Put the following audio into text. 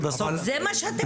זה מה שאתם אומרים.